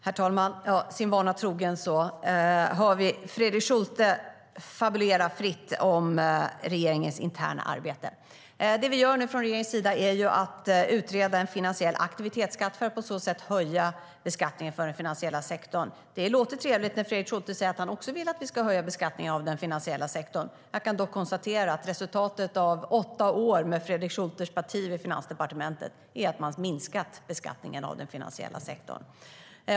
Herr talman! Sin vana trogen fabulerar Fredrik Schulte fritt om regeringens interna arbete. Regeringen utreder nu en finansiell aktivitetsskatt för att på så sätt höja beskattningen för den finansiella sektorn. Det låter trevligt att Fredrik Schulte säger att han också vill att vi ska höja beskattningen av den finansiella sektorn. Jag kan dock konstatera att resultatet efter åtta år med Fredrik Schultes parti vid Finansdepartementet är att man har minskat beskattningen av den finansiella sektorn.